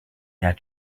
that